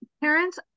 parents